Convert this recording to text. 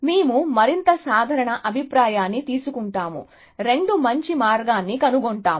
మేము మరింత సాధారణ అభిప్రాయాన్ని తీసుకుంటాము రెండు మంచి మార్గాన్ని కనుగొంటాయి